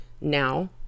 now